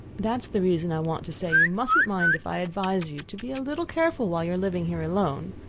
that is the reason i want to say you mustn't mind if i advise you to be a little careful while you are living here alone.